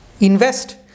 invest